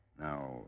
Now